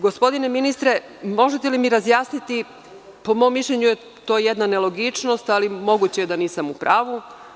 Gospodine ministre, možete li mi razjasniti, po mom mišljenju je to jedna nelogičnost, ali moguće je da nisam u pravu.